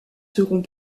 seront